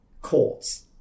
courts